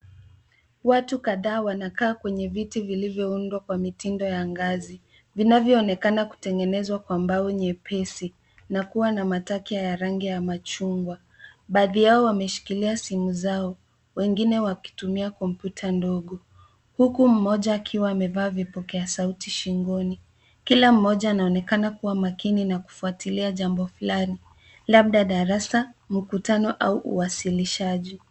Watu kadhaa wanakaa kwenye viti vilivyoundwa kwa mitindo ya ngazi vinavyoonekana kutengeneza kwa mbao nyepesi na kuwa na mataki ya rangi ya machungwa. Baadhi yao wameshikilia simu zao wengine wakitumia kompyuta ndogo huku mmoja akiwa amevaa vipokea sauti shingoni. Kila mmoja anaonekana kuwa makini na kufuatilia jambo fulani labda darasa mkutano au uwasilishaji.